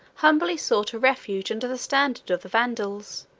humbly sought a refuge under the standard of the vandals,